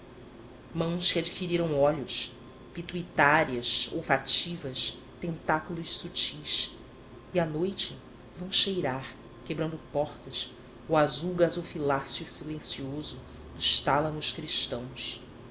mãos que adquiriram olhos pituitárias olfativas tentáculos sutis e à noite vão cheirar quebrando portas o azul gasofiláceo silencioso dos tálamos cristãos